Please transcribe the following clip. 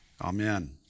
amen